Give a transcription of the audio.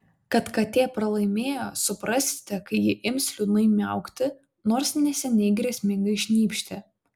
kad katė pralaimėjo suprasite kai ji ims liūdnai miaukti nors neseniai grėsmingai šnypštė